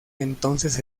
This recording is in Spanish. entonces